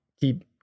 Keep